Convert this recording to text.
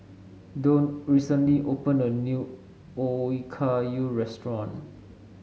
Don recently opened a new Okayu restaurant